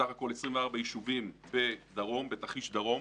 סך הכול 24 יישובים בתרחיש דרום